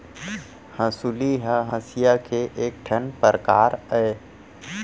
हँसुली ह हँसिया के एक ठन परकार अय